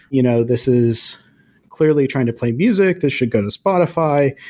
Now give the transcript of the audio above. you know this is clearly trying to play music. this should go to spotify,